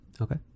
Okay